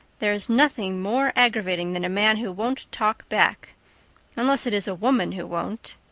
there is nothing more aggravating than a man who won't talk back unless it is a woman who won't.